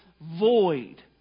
void